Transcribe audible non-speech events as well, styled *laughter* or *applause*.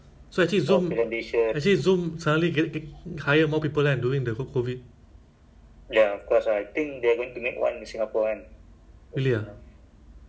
ya but singapore smart ah I think they know how to *noise* what you call that tap into the market and then what tackle all the issues ah